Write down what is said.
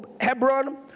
Hebron